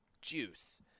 juice